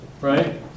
right